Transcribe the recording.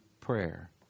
prayer